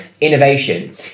innovation